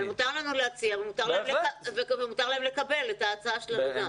אבל מותר לנו להציע ומותר להם לקבל את ההצעה שלנו.